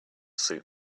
suit